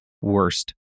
worst